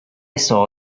saw